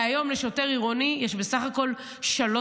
כי היום לשוטר עירוני יש בסך הכול שלוש